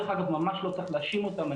דרך אגב, ממש לא צריך להאשים אותם.